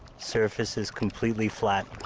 surface is completely flat.